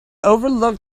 overlooked